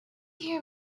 hear